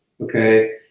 Okay